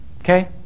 Okay